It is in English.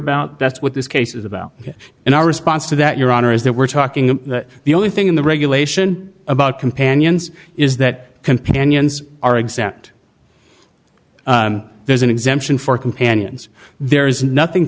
about that's what this case is about and our response to that your honor is that we're talking the only thing in the regulation about companions is that companions are exempt there's an exemption for companions there is nothing